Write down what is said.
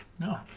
No